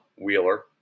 Wheeler